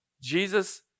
Jesus